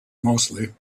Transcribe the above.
mostly